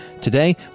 Today